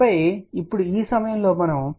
ఆపై ఇప్పుడు ఈ సమయంలో మనం j 1